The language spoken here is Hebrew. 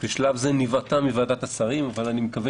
בשלב זה נבעטה מוועדת השרים אבל אני מקווה